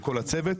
וכל הצוות,